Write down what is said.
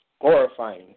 glorifying